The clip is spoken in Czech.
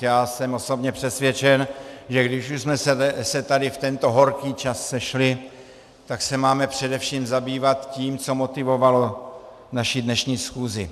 Já jsem osobně přesvědčen, že když už jsme se tady v tento horký čas sešli, tak se máme především zabývat tím, co motivovalo naši dnešní schůzi.